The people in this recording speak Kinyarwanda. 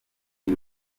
ubu